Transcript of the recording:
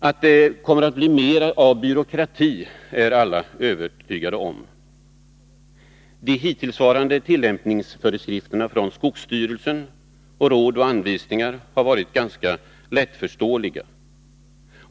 Att det kommer att bli mer av byråkrati är alla övertygade om. De hittillsvarande tillämpningsföreskrifterna från skogsstyrelsen och Råd och Anvisningar har varit ganska lättförståeliga.